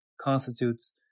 constitutes